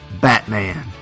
Batman